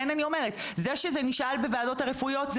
זה נשאל בוועדות הרפואיות,